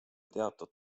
teatud